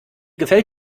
gefällt